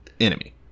enemy